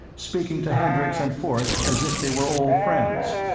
speaking to kendricks and forth as if they were old friends.